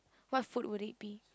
what food would it be